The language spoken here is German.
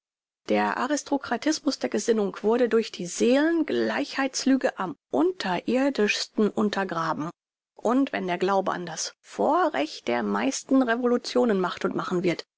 der aristokratismus der gesinnung wurde durch die seelen gleichheits lüge am unterirdischsten untergraben und wenn der glaube an das vorrecht der meisten revolutionen macht und machen wird